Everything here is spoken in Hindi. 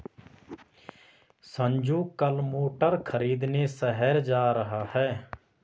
संजू कल मोटर खरीदने शहर जा रहा है